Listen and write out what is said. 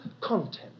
content